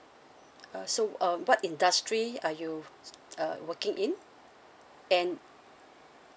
uh so uh what industry are you uh working in and